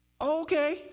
okay